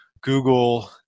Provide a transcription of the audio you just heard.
Google